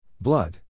Blood